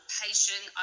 patient